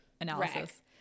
Analysis